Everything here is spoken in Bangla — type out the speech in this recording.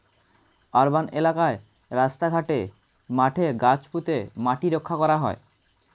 আর্বান এলাকায় রাস্তা ঘাটে, মাঠে গাছ পুঁতে মাটি রক্ষা করা হয়